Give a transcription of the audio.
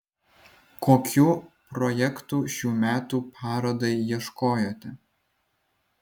kokių projektų šių metų parodai ieškojote